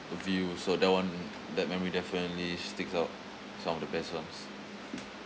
the view so that one that memory definitely sticks out some of the best lah